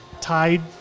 tied